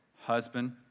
husband